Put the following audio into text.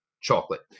chocolate